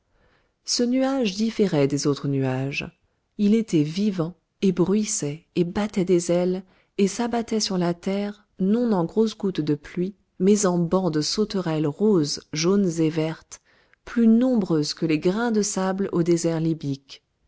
ce nuage différait des autres nuages il était vivant il bruissait et battait des ailes et s'abattait sur la terre non en grosses gouttes de pluie mais en bancs de sauterelles roses jaunes et vertes plus nombreuses que les grains de sable au désert